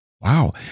wow